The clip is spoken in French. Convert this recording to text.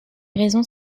raisons